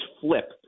flip